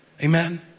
Amen